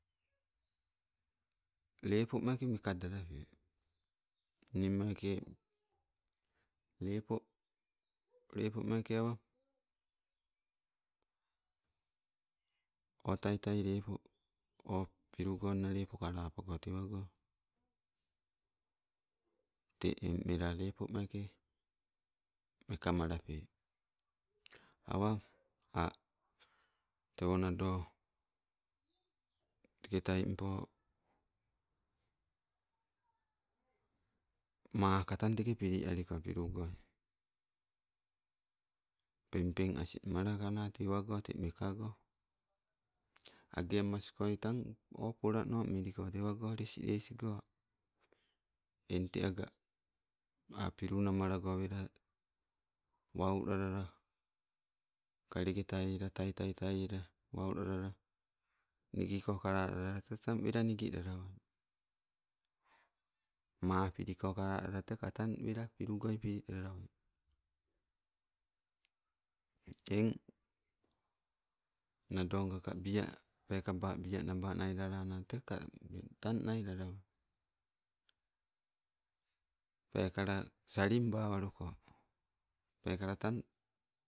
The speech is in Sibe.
Lepo meeke mekadalape. Nii meeke lepo, lepo meeke awa oh tatai lepo oh pihigonna lepo kalapago tewago, teng en mela lepo meeke mekamalape. Awa a' tewo nado, teke taimpo maka tang teke pili aliko. Pengpeng asing malakana tewago te mekago. Agee amasko tang o, polano meliko tewago lesles go a'. Eng te aga a' pilu namalago wela wau lalala, kalege taiela, taitai taiela waulalala, nigiko kalalala te tang wela nigilalawai, maa piliko kalalala teka tang wela pilugoi pili lalawai. Teng nadonga ka bia peekaba bia naba nai lalana teka tang nai lalawai, peekala salimba waluko peekala tang